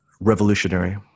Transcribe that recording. Revolutionary